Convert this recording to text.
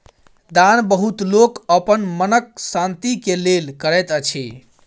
दान बहुत लोक अपन मनक शान्ति के लेल करैत अछि